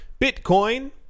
bitcoin